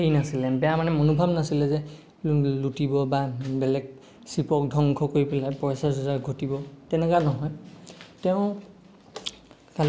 হেৰি নছিলে বেয়া মানে মনোভাব নাছিলে যে লুটিব বা বেলেগ শ্বীপক ধ্বংস কৰি পেলাই পইচা চইছা ঘটিব তেনেকুৱা নহয় তেওঁ